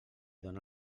dóna